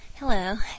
Hello